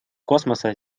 космоса